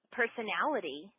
personality